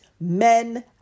men